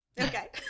okay